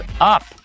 Up